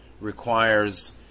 requires